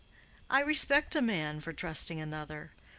i respect a man for trusting another.